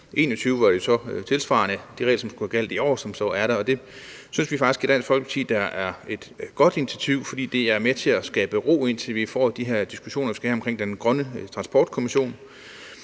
og det så tilsvarende er de regler, som skulle have gjaldt i det år, som er der, og det synes vi da faktisk i Dansk Folkeparti er et godt initiativ, fordi det er med til at skabe ro, indtil man får de her diskussioner, man skal have omkring den grønne transportkommission.